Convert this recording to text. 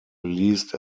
released